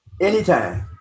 Anytime